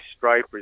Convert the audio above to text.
stripers